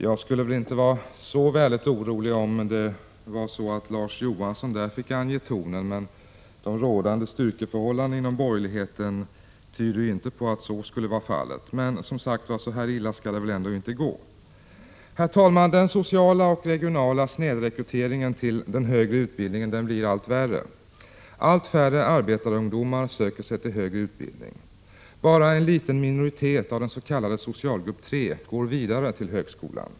Jag skulle väl inte vara så väldigt orolig, om Larz Johansson där fick ange tonen, men de rådande styrkeförhållandena inom borgerligheten tyder inte på att så skulle bli fallet. Men så här illa skall det väl ändå inte gå. Herr talman! Den sociala och regionala snedrekryteringen till den högre utbildningen blir allt värre. Allt färre arbetarungdomar söker sig till högre utbildning. Bara en liten minoritet av den s.k. socialgrupp 3 går vidare till högskolan.